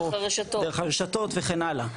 דרך הרשתות וכן הלאה.